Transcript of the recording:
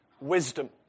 wisdom